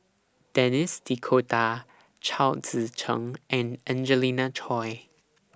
Denis D'Cotta Chao Tzee Cheng and Angelina Choy